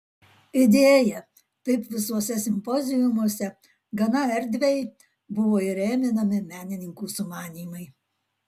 idėja taip visuose simpoziumuose gana erdviai buvo įrėminami menininkų sumanymai